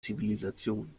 zivilisation